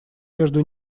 между